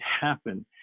happen